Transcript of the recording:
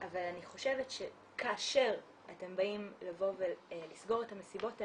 אבל אני חושבת שכאשר אתם באים לסגור את המסיבות האלה,